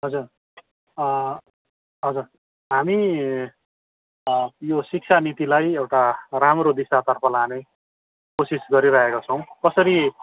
हजुर हजुर हामी यो शिक्षानीतिलाई एउटा राम्रो दिशातर्फ लाने कोसिस गरिरहेका छौँ कसरी